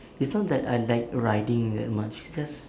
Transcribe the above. is not that I like riding that much is just